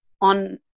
on